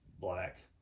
black